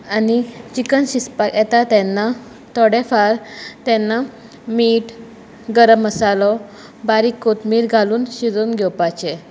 आनी चिकन शिजपाक येता तेन्ना मीठ गरम मसालो बारीक कोथमीर घालून शिजोवन घेवपाचें